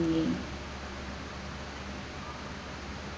me